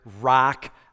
rock